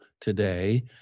today